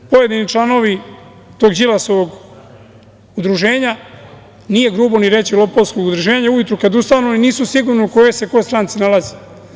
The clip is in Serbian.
Pojedini članovi tog Đilasovog udruženja, nije grubo ni reći – lopovskog udruženja, ujutru kad ustanu oni nisu sigurni u kojoj se ko stranci nalazi.